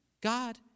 God